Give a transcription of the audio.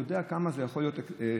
יודע כמה זה יכול להיות אפקטיבי.